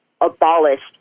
abolished